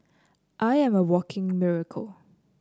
I am a walking miracle